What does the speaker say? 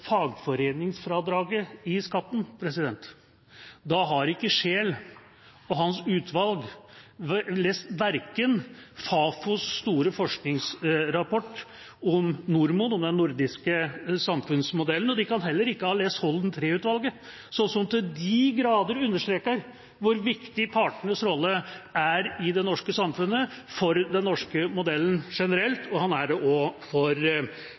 fagforeningsfradraget i skatten. Da har ikke Scheel og hans utvalg lest verken Fafos store forskningsrapport om NordMod, den nordiske samfunnsmodellen, og de kan heller ikke ha lest rapporten fra Holden III-utvalget, som så til de grader understreker hvor viktig partenes rolle er i det norske samfunnet for den norske modellen generelt og for